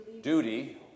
duty